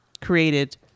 created –